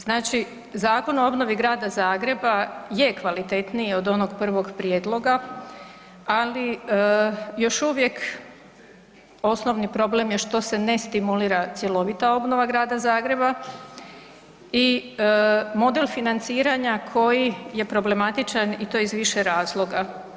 Znači Zakon o obnovi Grada Zagreba je kvalitetniji od onog prvog prijedloga, ali još uvijek osnovni problem je što se ne stimulira cjelovita obnova Grada Zagreba i model financiranja koji je problematičan i to iz više razloga.